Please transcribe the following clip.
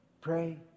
Pray